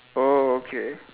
oh okay